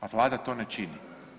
A Vlada to ne čini.